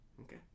Okay